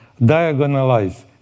diagonalize